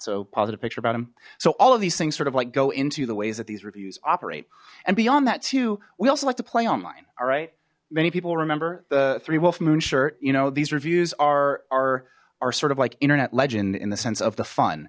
so positive picture about him so all of these things sort of like go into the ways that these reviews operate and beyond that too we also like to play online all right many people will remember the three wolf moon shirt you know these reviews are are are sort of like internet legend in the sense of the fun